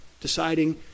deciding